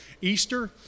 Easter